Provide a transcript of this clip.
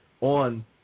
on